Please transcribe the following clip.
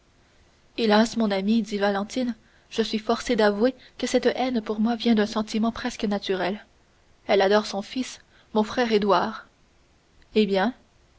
hélas mon ami dit valentine je suis forcée d'avouer que cette haine pour moi vient d'un sentiment presque naturel elle adore son fils mon frère édouard eh bien